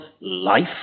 life